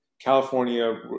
California